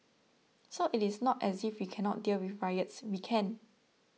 so it is not as if we cannot deal with riots we can